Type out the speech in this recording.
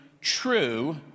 true